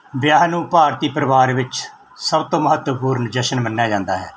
ਵਿਆਹ ਨੂੰ ਭਾਰਤੀ ਪਰਿਵਾਰ ਵਿੱਚ ਸਭ ਤੋਂ ਮਹੱਤਵਪੂਰਨ ਜਸ਼ਨ ਮੰਨਿਆ ਜਾਂਦਾ ਹੈ